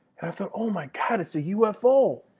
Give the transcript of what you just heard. thought, oh, my god, it's a ufo.